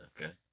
Okay